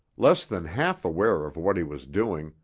less than half aware of what he was doing,